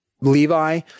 Levi